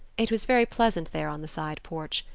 it was very pleasant there on the side porch,